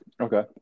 Okay